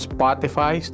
Spotify